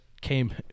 came